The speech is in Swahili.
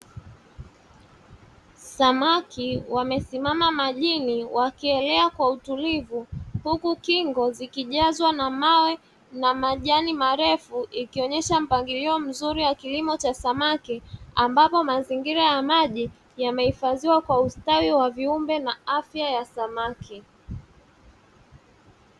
Samaki wamesimama majini wakielea kwa utulivu huku kingo zikijazwa na mawe na majani marefu ikionyesha mpangilio mzuri wa kilimo cha samaki, ambapo mazingira ya maji yamehifadhiwa kwa ustawi wa viumbe na afya ya samaki.